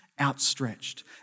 outstretched